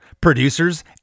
producers